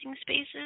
spaces